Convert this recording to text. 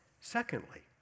Secondly